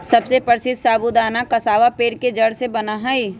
सबसे प्रसीद्ध साबूदाना कसावा पेड़ के जड़ से बना हई